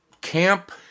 camp